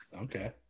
Okay